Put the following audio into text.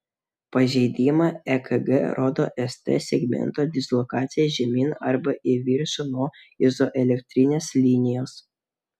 pažeidimą ekg rodo st segmento dislokacija žemyn arba į viršų nuo izoelektrinės linijos